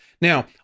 Now